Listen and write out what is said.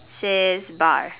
says bar